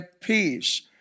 peace